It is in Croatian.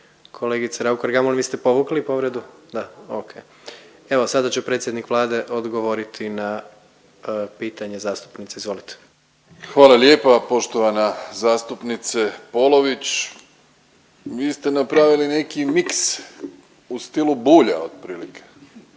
Kolegica Raukar Gamulin vi ste povukli povredu? Da. Ok. Evo sada će predsjednik Vlade odgovoriti na pitanje zastupnice, izvolite. **Plenković, Andrej (HDZ)** Hvala lijepa. Poštovana zastupnice Polović. Vi ste napravili neki miks u stilu Bulja otprilike.